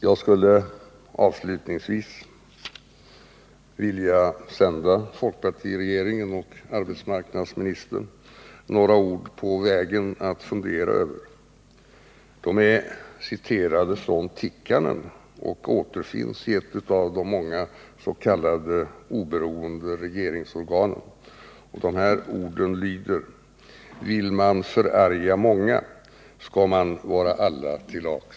Jag skulle avslutningsvis vilja sända folkpartiregeringen och arbetsmarknadsministern några ord med på vägen att fundera över. De är citerade från Tikkanen och återfinns i ett av de många s.k. oberoende regeringsorganen. Orden lyder: ” Vill man förarga många, skall man vara alla till lags.”